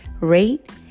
rate